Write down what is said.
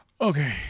Okay